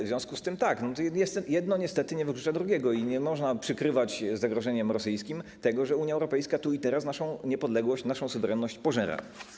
W związku z tym jedno niestety nie wyklucza drugiego i nie można przykrywać zagrożeniem rosyjskim tego, że Unia Europejska tu i teraz naszą niepodległość, naszą suwerenność pożera.